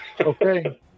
Okay